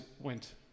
went